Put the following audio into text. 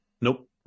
Nope